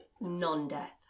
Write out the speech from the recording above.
non-death